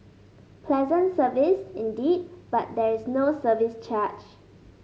pleasant service indeed but there is no service charge